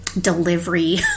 delivery